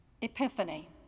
Epiphany